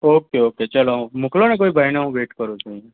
okay okay ચલો મોકલોને કોઈ ભાઈને હું વેટ કરું છું અહીં